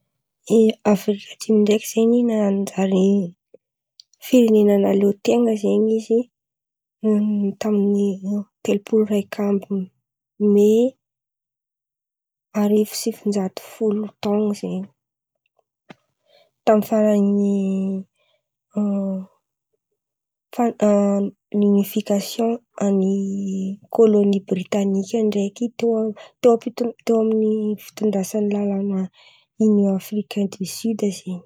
I Afrika Atsimo ndraiky zen̈y nanjary firenena nahaleo ten̈a zen̈y izy tamin’ny telopolo raika amby me arivo sy sivin-jato folo taon̈o zen̈y, tamin’ny faran’ny a fa- a ny onifikasion an’i kôlônia britanika ndraiky teo a- teo api- teo amin’ny fitondrasan’ny lalàna inion afrikain di sida zen̈y.